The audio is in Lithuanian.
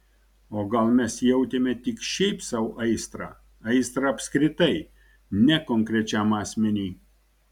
o gal mes jautėme tik šiaip sau aistrą aistrą apskritai ne konkrečiam asmeniui